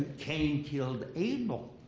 cain killed abel.